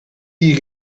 die